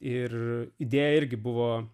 ir idėja irgi buvo